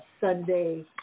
Sunday